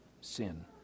sin